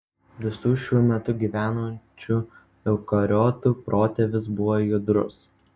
visų šiuo metu gyvenančių eukariotų protėvis buvo judrus